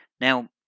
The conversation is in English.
Now